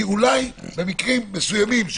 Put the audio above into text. כי אולי במקרים מסוימים,